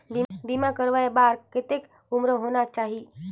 बीमा करवाय बार कतेक उम्र होना चाही?